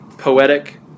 poetic